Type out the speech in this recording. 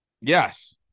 Yes